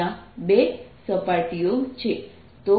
ત્યાં 2 સપાટીઓ છે